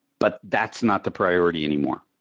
but that's not the priority anymore.